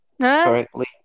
correctly